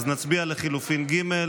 אז נצביע על לחלופין ג',